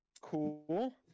cool